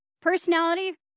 personality